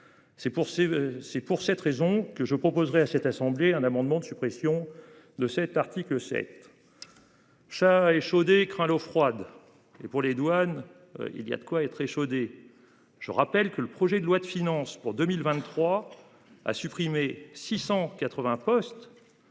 c'est pour cette raison que je proposerai à cette assemblée, un amendement de suppression de cet article 7. Chat échaudé craint l'eau froide et pour les douanes. Il y a de quoi être échaudé. Je rappelle que le projet de loi de finances pour 2023 à supprimer 680 postes.